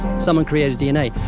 someone created dna.